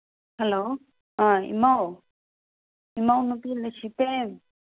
hello ꯑ ꯏꯃꯧ ꯏꯃꯧꯅꯨꯄꯤ ꯂꯩꯁꯤꯇꯦꯟ